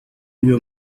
you